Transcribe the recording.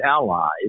allies